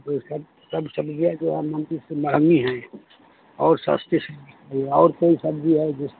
सब सब सब्जिया जो है महंगी है और सस्ती और कोई सब्जी है